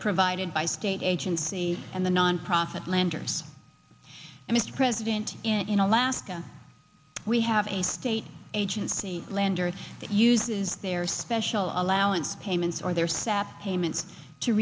provided by state agencies and the nonprofit lenders mr president in alaska we have a state agency lender that uses their special allowance payments or their step payments to